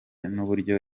n’uburyo